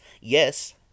Yes